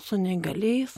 su neįgaliais